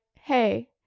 hey